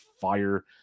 fire